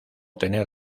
tener